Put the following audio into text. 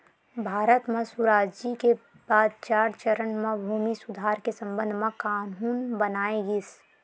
भारत म सुराजी के बाद चार चरन म भूमि सुधार के संबंध म कान्हून बनाए गिस